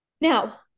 Now